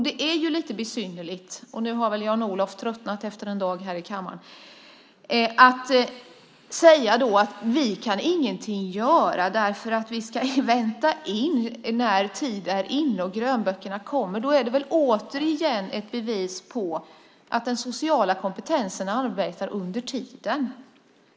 Det är lite besynnerligt - nu har väl Jan-Olof tröttnat efter en dag här i kammaren - att man säger att vi inget kan göra för att vi ska vänta in att grönböckerna kommer. Det är väl återigen ett bevis på att den sociala kompetensen arbetar under tiden.